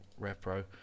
Repro